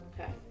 Okay